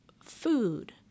food